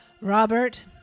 Robert